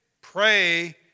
pray